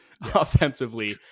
offensively